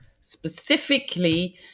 specifically